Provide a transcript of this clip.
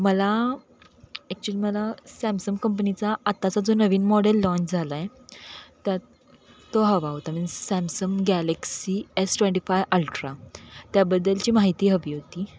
मला ॲक्च्युली मला सॅमसंग कंपनीचा आताचा जो नवीन मॉडेल लॉँच झाला आहे त्यात तो हवा होता means Samsung Galaxy S twenty five ultra त्याबद्दलची माहिती हवी होती